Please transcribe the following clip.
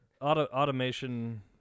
Automation